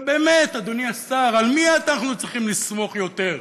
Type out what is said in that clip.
ובאמת, אדוני השר, על מי אנחנו צריכים לסמוך יותר?